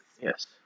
Yes